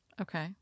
okay